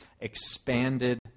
expanded